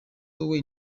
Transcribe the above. wowe